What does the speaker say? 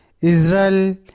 Israel